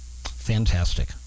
Fantastic